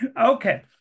Okay